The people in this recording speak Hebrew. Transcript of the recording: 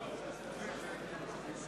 (קורא בשמות חברי הכנסת) יעקב אדרי,